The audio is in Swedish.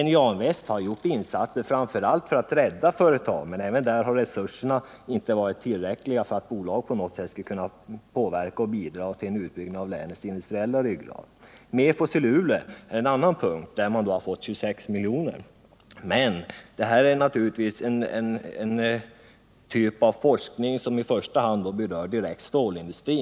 NJA-Invest har gjort insatser framför allt för att rädda företag, men inte heller där har resurserna varit så stora att bolaget på något sätt kunnat påverka och bidra till en utbyggnad av länets industriella ryggrad. MEFOS i Luleå har erhållit 26 miljoner för utbyggnad av forskningssta tionen. Men här gäller det naturligtvis en typ av forskning som i första hand Nr 45 direkt berör stålindustrin.